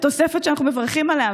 תוספת שאנחנו מברכים עליה,